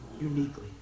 uniquely